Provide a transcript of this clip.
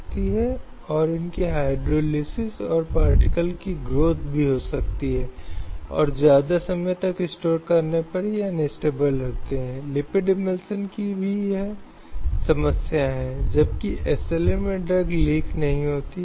इसलिए अगर कोई इन मौजूदा बीमारियों को देखता है जो कि इस समाज में प्रचलित हैं तो एक समझता है कि अनुच्छेद 21 की गारंटी अभी भी पूरी तरह से महसूस नहीं की गई है